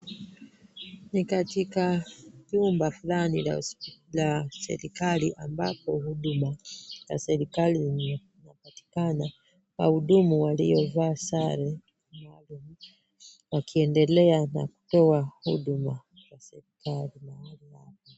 Ni katikati chumba fulani la serikali ambapo huduma ya serikali linapatikana na wahudumu waliovaa sare na kuendelea na kutoa huduma za serikali.